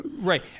right